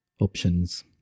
options